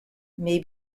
may